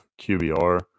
QBR